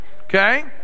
Okay